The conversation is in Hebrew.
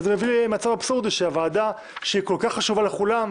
וזה מביא למצב אבסורדי שהוועדה שכל כך חשובה לכולם,